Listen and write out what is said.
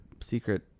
secret